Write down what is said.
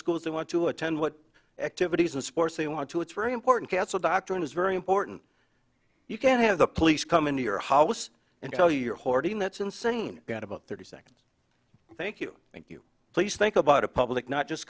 schools they want to attend what activities and sports they want to it's very important castle doctrine is very important you can have the police come into your house and tell your hording that's insane got about thirty seconds thank you thank you please think about a public not just